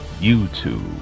YouTube